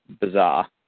bizarre